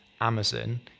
Amazon